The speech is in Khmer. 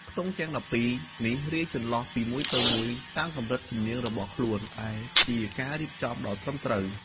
ខ្ទង់ទាំង ១២ នេះរាយចន្លោះពីមួយទៅមួយតាមកម្រិតសំនៀងរបស់ខ្លួន ដែលជាការរៀបចំដ៏ត្រឹមត្រូវ។